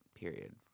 period